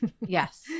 Yes